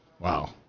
Wow